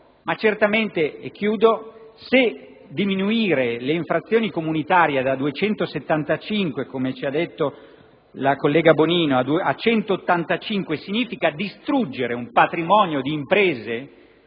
Ma certamente - e concludo - se diminuire le infrazioni comunitarie da 275 a 185, come ci ha detto la collega Bonino, significa distruggere un patrimonio di imprese